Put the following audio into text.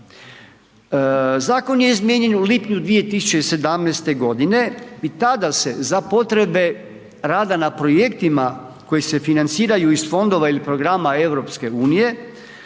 Zakon je izmijenjen u lipnju 2017. godine i tada se, za potrebe rada na projektima koji se financiraju iz fondova ili programa EU,